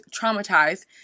traumatized